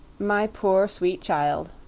my poor, sweet child,